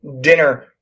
dinner